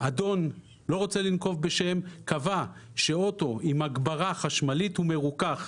האדון אני לא רוצה לנקוב בשם קבע שאוטו עם הגברה חשמלית הוא מרוכך.